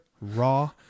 raw